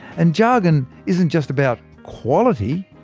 and jargon isn't just about quality,